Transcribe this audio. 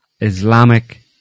Islamic